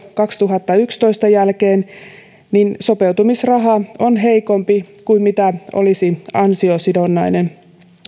kaksituhattayksitoista jälkeen sopeutumisraha on heikompi kuin mitä olisi ansiosidonnainen